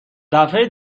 دفعه